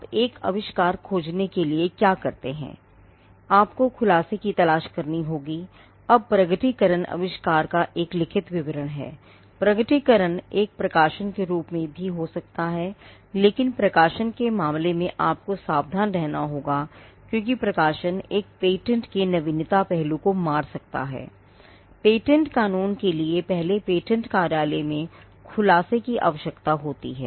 आप एक आविष्कार खोजने के लिए क्या करते हैं आपको खुलासे की आवश्यकता होती है